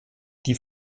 die